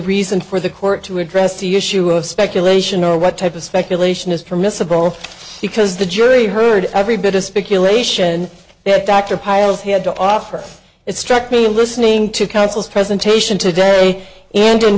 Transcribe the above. reason for the court to address the issue of speculation or what type of speculation is permissible because the jury heard every bit of speculation that dr piles had to offer it struck me in listening to counsel's presentation today and